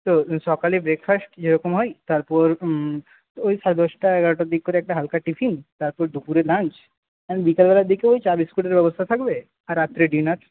তো সকালের ব্রেকফাস্ট যেরকম হয় তারপর ওই সাড়ে দশটা এগারোটার দিক করে একটা হালকা টিফিন তারপর দুপুরে লাঞ্চ আর বিকাল বেলার দিকে ওই চা বিস্কুটের ব্যবস্থা থাকবে আর রাত্রে ডিনার